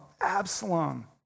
Absalom